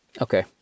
okay